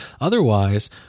Otherwise